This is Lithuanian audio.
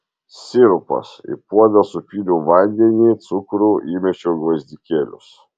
sirupas į puodą supyliau vandenį cukrų įmečiau gvazdikėlius